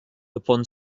upon